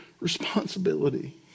responsibility